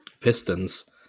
Pistons